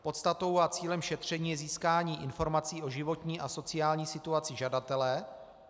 Podstatou a cílem šetření je získání informací o životní a sociální situaci žadatele.